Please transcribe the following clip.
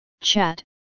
chat